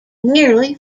nearly